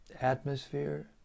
atmosphere